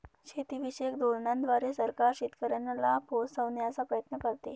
शेतीविषयक धोरणांद्वारे सरकार शेतकऱ्यांना लाभ पोहचवण्याचा प्रयत्न करते